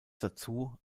dazu